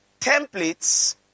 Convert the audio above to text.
templates